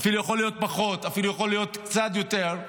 יכול להיות פחות, יכול להיות קצת יותר,